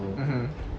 mmhmm